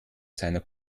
seiner